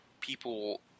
people